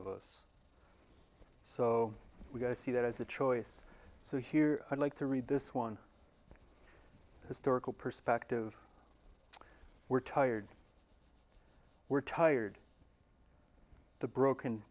of us so we see that as a choice so here i'd like to read this one historical perspective we're tired we're tired the broken